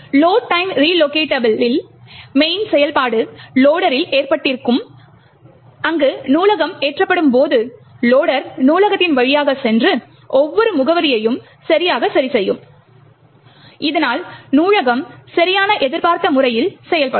load time ரிலோகெட்டபுளில் main செயல்பாடு லோடரில் ஏற்றப்பட்டிருக்கும் அங்கு நூலகம் ஏற்றப்படும்போது லொடர் நூலகத்தின் வழியாகச் சென்று ஒவ்வொரு முகவரியையும் சரியாக சரிசெய்யும் இதனால் நூலகம் சரியான எதிர்பார்த்த முறையில் செயல்படும்